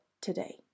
today